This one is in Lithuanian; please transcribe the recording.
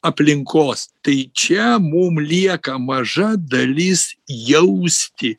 aplinkos tai čia mum lieka maža dalis jausti